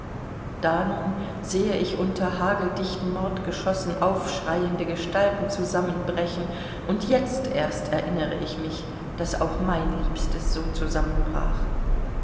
da nun sehe ich unter hageldichten mordgeschossen aufschreiende gestalten zusammenbrechen und jetzt erst erinnere ich mich daß auch mein liebstes so zusammenbrach